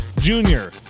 Junior